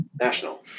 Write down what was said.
National